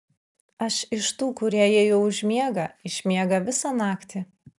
aš iš tų kurie jei jau užmiega išmiega visą naktį